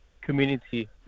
community